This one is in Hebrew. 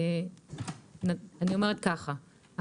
בבקשה.